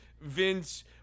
Vince